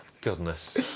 Goodness